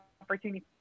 opportunity